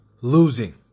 losing